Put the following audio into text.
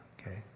okay